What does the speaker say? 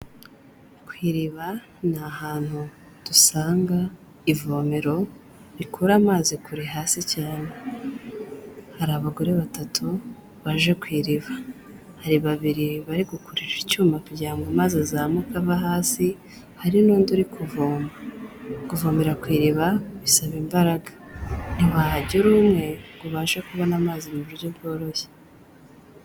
Ku iriba ni ahantu dusanga ivomero rikura amazi kure hasi cyane. Hari abagore batatu baje ku iriba. Hari babiri bari gukururisha icyuma kugira ngo amazi azamuke ava hasi, hari n'undi uri kuvoma. Kuvomera ku iriba, bisaba imbaraga. Ntiwahajya uri umwe ngo ubashe kubona amazi mu buryo bworoshye.